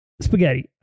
Spaghetti